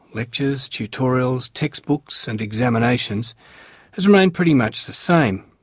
lectures, tutorials, textbooks and examinations has remained pretty much the same.